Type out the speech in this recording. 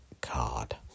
card